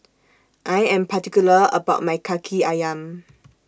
I Am particular about My Kaki Ayam